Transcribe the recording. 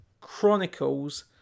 Chronicles